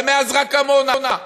אבל מאז, רק עמונה.